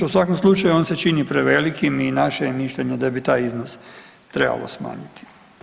U svakom slučaju on se čini prevelikim i naše je mišljenje da bi taj iznos trebalo smanjiti.